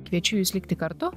kviečiu jus likti kartu